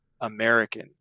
american